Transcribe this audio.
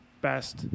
best